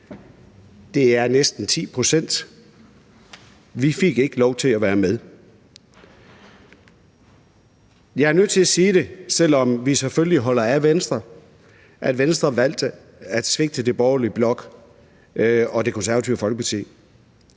det er næsten 10 pct., og vi fik ikke lov til at være med. Jeg er nødt til at sige det, selv om vi selvfølgelig holder af Venstre, at Venstre valgte at svigte den borgerlige blok og Det Konservative Folkeparti.